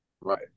right